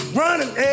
running